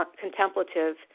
contemplative